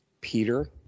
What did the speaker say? Peter